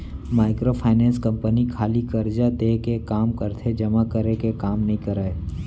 micro finance company खाली करजा देय के काम करथे जमा करे के काम नइ करय